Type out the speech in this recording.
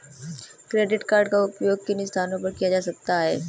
Credit card का उपयोग किन स्थानों पर किया जा सकता है?